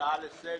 הצעה לסדר.